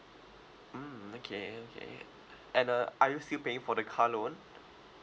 mm okay okay and uh are you still paying for the car loan